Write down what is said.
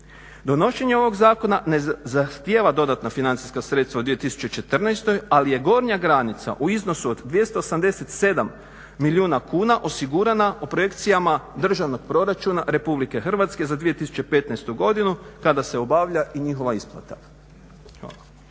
Donošenje ovog zakona ne zahtijeva dodatna financijska sredstva u 2014., ali je gornja granica u iznosu od 287 milijuna kuna osigurana o projekcijama državnog proračuna Republike Hrvatske za 2015.godinu kada se obavlja i njihova isplata.